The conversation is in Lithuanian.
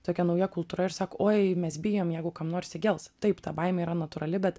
tokia nauja kultūra ir sako oi mes bijom jeigu kam nors įgels taip ta baimė yra natūrali bet